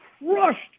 crushed